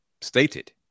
stated